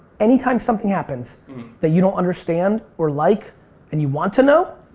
anytime something happens that you don't understand or like and you want to know